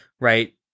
right